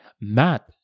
Matt